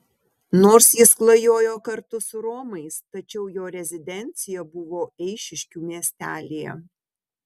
nors jis klajojo kartu su romais tačiau jo rezidencija buvo eišiškių miestelyje